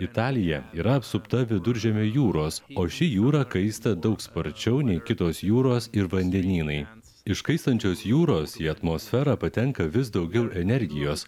italija yra apsupta viduržemio jūros o ši jūra kaista daug sparčiau nei kitos jūros ir vandenynai iš kaistančios jūros į atmosferą patenka vis daugiau energijos